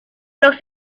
los